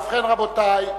ובכן, רבותי,